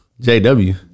JW